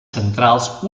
centrals